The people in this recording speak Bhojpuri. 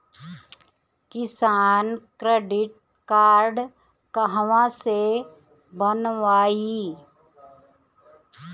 किसान क्रडिट कार्ड कहवा से बनवाई?